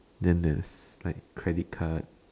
then there's like credit card